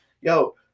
Yo